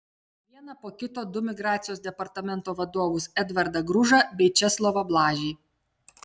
vieną po kito du migracijos departamento vadovus edvardą gružą bei česlovą blažį